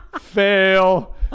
fail